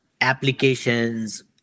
applications